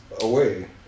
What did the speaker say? Away